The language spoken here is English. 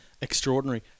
extraordinary